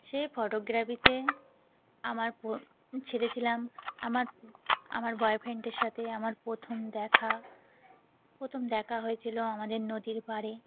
সেই ফটোগ্রাফিতে আমার প্র ছেড়েছিলাম আমার আমার বয়ফ্রেন্ডের সাথে আমার প্রথম দেখা প্রথম দেখা হয়েছিল আমাদের নদীর পাড়ে